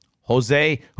Jose